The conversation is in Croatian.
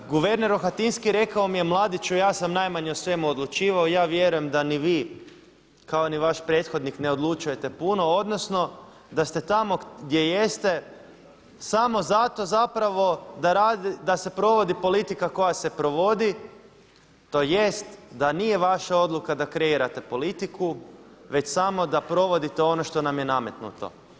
Guverner Rohatinski rekao mi je mladiću ja sam najmanje o svemu odlučivao, ja vjerujem da ni vi kao ni vaš prethodnik ne odlučujete puno odnosno da ste tamo gdje jeste samo zato da se provodi politika koja se provodi tj. da nije vaša odluka da kreirate politiku već samo da provodite ono što nam je nametnuto.